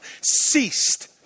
ceased